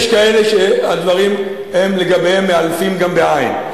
יש כאלה שהדברים לגביהם מעלפים, גם בעי"ן.